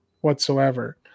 whatsoever